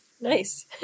Nice